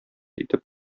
итеп